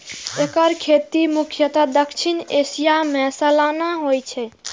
एकर खेती मुख्यतः दक्षिण एशिया मे सालाना होइ छै